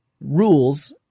rules